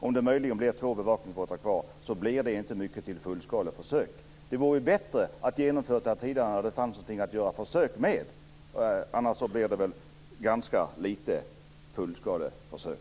Om det möjligen är två bevakningsbåtar kvar blir det inte mycket till fullskaleförsök. Det vore bättre om det funnes någonting kvar att göra försök med. Annars blir det ganska lite av fullskaleförsök.